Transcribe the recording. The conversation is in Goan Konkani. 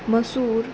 मसूर